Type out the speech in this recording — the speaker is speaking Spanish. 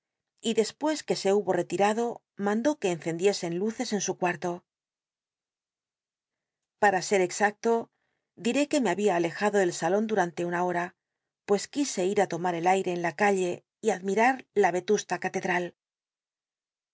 y despucs que se hubo ctirado mandó uc cnccndi scn luces en su cuarto l am ser exacto diré t uc me había alejado del durantc tma hora pues uisc ir ü lomar el salon aire en la calle y admirar la vetusta